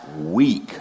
week